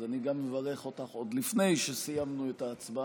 אז אני גם מברך אותך, עוד לפני שסיימנו את ההצבעה.